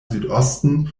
südosten